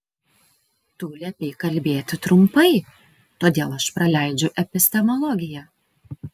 tu liepei kalbėti trumpai todėl aš praleidžiu epistemologiją